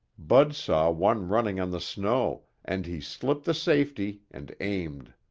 bud saw one running on the snow, and he slipped the safety and aimed.